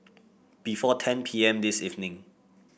before ten P M this evening